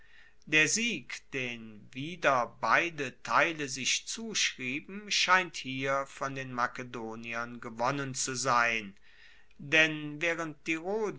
der sieg den wieder beide teile sich zuschrieben scheint hier von den makedoniern gewonnen zu sein denn waehrend die